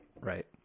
Right